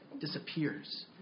disappears